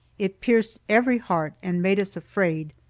it pierced every heart, and made us afraid.